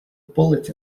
bullet